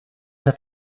hat